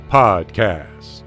podcast